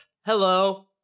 Hello